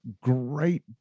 great